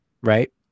Right